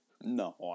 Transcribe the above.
No